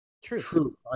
True